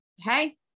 hey